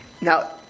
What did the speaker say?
Now